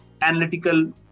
Analytical